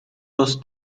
dos